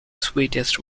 sweetest